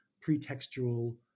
pretextual